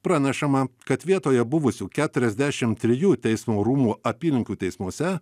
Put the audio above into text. pranešama kad vietoje buvusių keturiasdešimt trijų teismo rūmų apylinkių teismuose